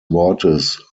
wortes